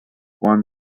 won